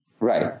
Right